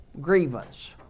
Grievance